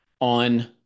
on